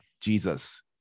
Jesus